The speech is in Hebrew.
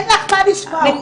מירב, אין לך מה לשמוע אותה.